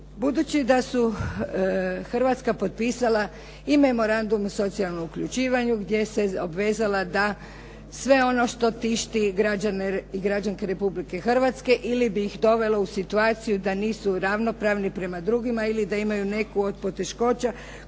Budući da je Hrvatska potpisala i Memorandum o socijalnom uključivanju gdje se obvezala da sve ono što tišti građane i građanke Republike Hrvatske ili bi ih dovelo u situaciju da nisu ravnopravni prema drugima ili da imaju neku od poteškoća